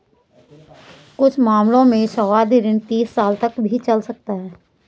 कुछ मामलों में सावधि ऋण तीस साल तक भी चल सकता है